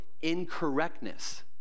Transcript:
incorrectness